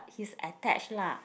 he's attached lah